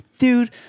dude